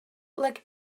like